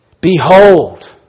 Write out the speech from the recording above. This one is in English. Behold